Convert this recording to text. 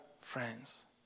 friends